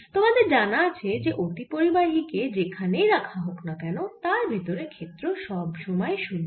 তোমাদের জানা আছে যে অতিপরিবাহী কে যেখানেই রাখা হোক না কেন তার ভেতরে ক্ষেত্র সব সময় 0